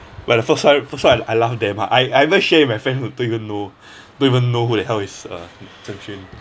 but the first one first one I I laughed damn hard I I even share with my friend who don't even know don't even know who the hell is uh zheng xuan